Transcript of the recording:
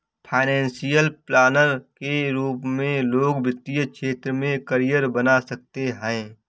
financial planner के रूप में लोग वित्तीय क्षेत्र में करियर बना सकते हैं